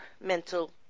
mental